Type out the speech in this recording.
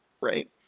right